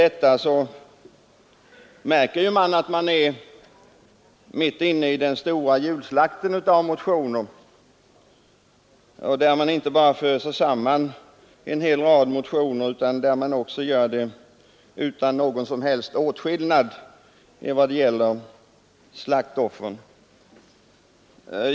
Det märks att vi är mitt inne i den stora julslakten av motioner, där en hel rad motioner inte bara förs ihop, utan där detta också görs utan någon som helst åtskillnad bland slaktoffren.